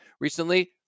recently